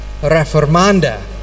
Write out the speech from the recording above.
reformanda